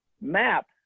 map